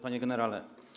Panie Generale!